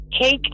cake